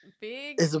big